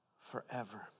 forever